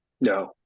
No